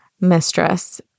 mistress